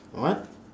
what